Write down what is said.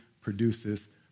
produces